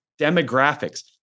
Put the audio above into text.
demographics